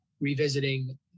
revisiting